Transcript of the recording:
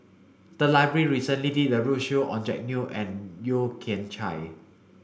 the library recently did a roadshow on Jack Neo and Yeo Kian Chai